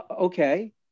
okay